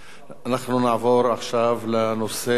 אנחנו נעבור עכשיו לנושא הבא,